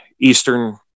eastern